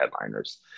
headliners